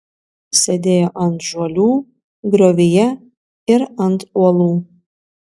sėdėjo ant žuolių griovyje ir ant uolų